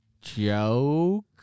joke